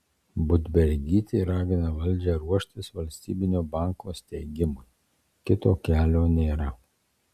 budbergytė ragina valdžią ruoštis valstybinio banko steigimui kito kelio nėra